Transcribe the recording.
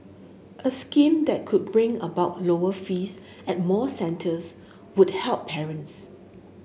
a scheme that could bring about lower fees at more centres would help parents